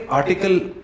article